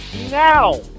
now